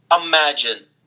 imagine